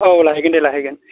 औ औ लाहैगोन दे लाहैगोन